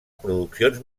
produccions